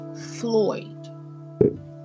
Floyd